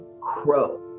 Crow